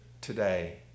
today